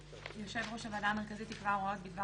(ד)יושב ראש הוועדה המרכזית יקבע הוראות בדבר